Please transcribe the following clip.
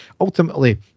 ultimately